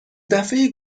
دفعه